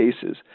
cases